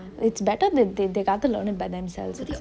it's better that they can learn by themselves